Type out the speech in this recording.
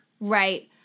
Right